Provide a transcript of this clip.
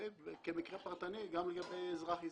כמקרה פרטני גם לגבי אזרח,